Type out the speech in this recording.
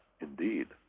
Indeed